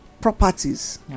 properties